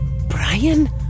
Brian